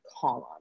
column